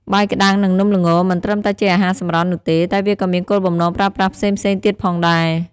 បាយក្ដាំង និងនំល្ង មិនត្រឹមតែជាអាហារសម្រន់នោះទេ វាក៏មានគោលបំណងប្រើប្រាស់ផ្សេងៗទៀតផងដែរ។